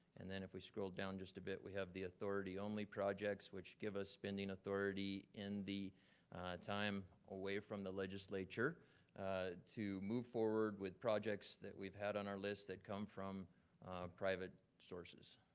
and then if we scrolled down just a bit, we have the authority only projects, which give us spending authority in the time away from the legislature to move forward with projects that we've had on our list that come from private sources.